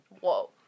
whoa